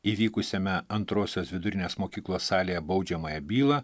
įvykusiame antrosios vidurinės mokyklos salėje baudžiamąją bylą